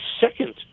second